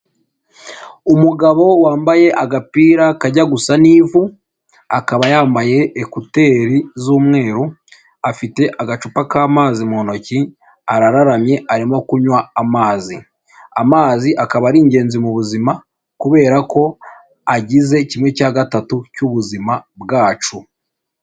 Umugabo wambaye agapira kajya gusa n'ivu, akaba yambaye ekuteri z'umweru, afite agacupa k'amazi mu ntoki arararamye arimo kunywa amazi. Amazi akaba ari ingenzi mu buzima kubera ko agize kimwe cya gatatu cy'ubuzima bwacu.